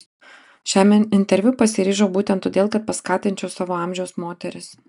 šiam interviu pasiryžau būtent todėl kad paskatinčiau savo amžiaus moteris